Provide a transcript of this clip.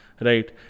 right